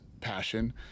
passion